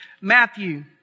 Matthew